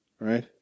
right